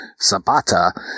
Sabata